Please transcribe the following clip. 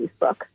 Facebook